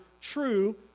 true